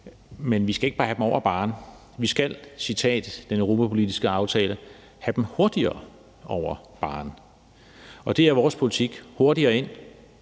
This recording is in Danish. men vi skal ikke bare have dem over barren. Vi skal, jævnfør den europapolitiske aftale, have dem hurtigere over barren. Det er vores politik: hurtigere ind,